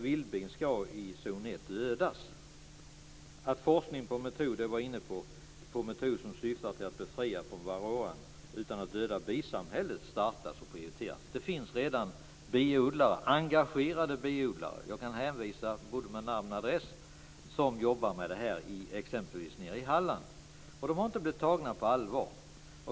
Vildbin skall i zon 1 At forskning på metoder som syftar till att befria från varroan utan att döda bisamhällen startas och prioriteras var jag redan inne på. Det finns redan engagerade biodlare. Jag kan hänvisa med både namn och adress till personer som jobbar med detta exempelvis nere i Halland. De har inte blivit tagna på allvar.